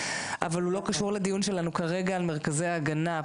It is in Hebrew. אבל הוא לא קשור לדיון שלנו כרגע על מרכזי ההגנה.